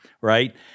right